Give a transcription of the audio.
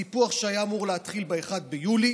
סיפוח שהיה אמור להתחיל ב-1 ביולי.